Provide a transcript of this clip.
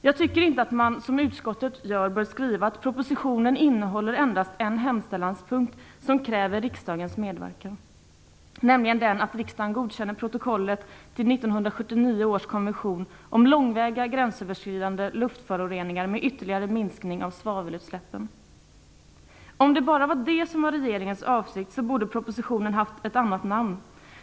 Jag tycker inte att man, som utskottet gör, bör skriva att "propositionen innehåller endast en hemställanspunkt som kräver riksdagens medverkan" - nämligen att riksdagen godkänner protokollet till 1979 års konvention om långväga gränsöverskridande luftföroreningar med ytterligare minskning av svavelutsläppen. Om det bara var det som var regeringens avsikt borde propositionen ha haft ett annat namn.